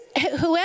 whoever